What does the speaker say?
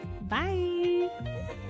bye